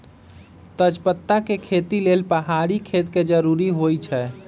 तजपत्ता के खेती लेल पहाड़ी खेत के जरूरी होइ छै